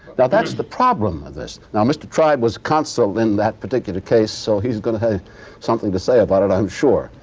that's the problem of this. now, mr. tribe was counsel in that particular case, so he's gonna have something to say about it, i'm sure.